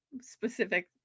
specific